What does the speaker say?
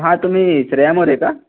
हां तुम्ही श्रेया मोरे का